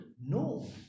No